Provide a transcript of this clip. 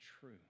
true